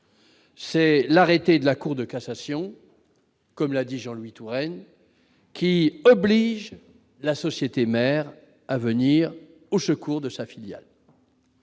c'est l'arrêté de la Cour de cassation, comme l'a dit Jean-Louis Touraine qui oblige la société mère à venir au secours de sa filiale.